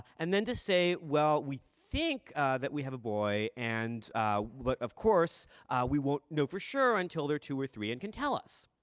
and then to say, well, we think that we have a boy, and but of course we won't know for sure until they're two or three and can tell us.